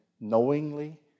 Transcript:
knowingly